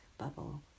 bubble